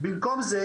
במקום זה,